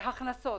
הכנסות.